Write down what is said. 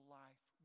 life